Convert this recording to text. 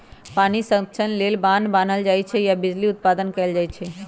पानी संतक्षण लेल बान्ह बान्हल जाइ छइ आऽ बिजली उत्पादन कएल जाइ छइ